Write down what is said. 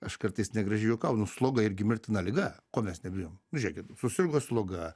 aš kartais negražiai juokaunu sloga irgi mirtina liga ko mes nebijom žiūrėkit susirgo sloga